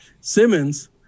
Simmons